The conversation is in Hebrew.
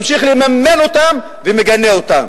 ממשיך לממן אותם ומגנה אותם.